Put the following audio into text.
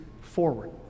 forward